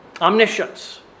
Omniscience